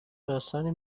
داستانی